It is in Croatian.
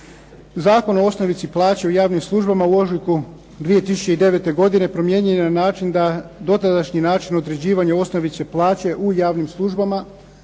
Zakon o osnovici plaće u javnim službama u ožujku 2009. godine promijenjen je na način da dotadašnji način određivanja osnovice plaće u javnim službama